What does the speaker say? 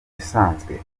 bisanzwe